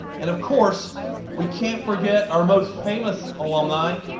and of course we can't forget our most famous alumni,